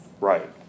Right